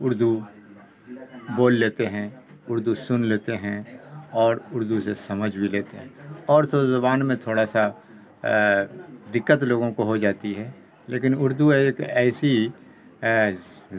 اردو بول لیتے ہیں اردو سن لیتے ہیں اور اردو سے سمجھ بھی لیتے ہیں اور تو زبان میں تھوڑا سا دقت لوگوں کو ہو جاتی ہے لیکن اردو ایک ایسی